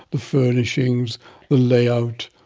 the furnishings, the layout,